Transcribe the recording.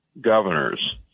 governors